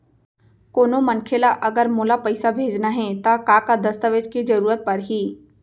कोनो मनखे ला अगर मोला पइसा भेजना हे ता का का दस्तावेज के जरूरत परही??